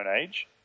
Age